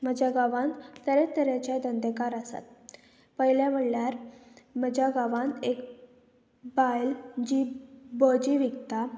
म्हज्या गांवांत तरेतरेचे धंदेकार आसात पयले म्हणल्यार म्हज्या गांवांत एक बायल जी भजी विकता